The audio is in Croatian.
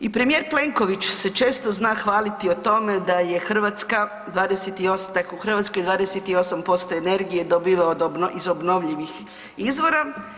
I premijer Plenković se često zna hvaliti o tome da je Hrvatska, da je u Hrvatskoj 28% energije dobiva iz obnovljivih izvora.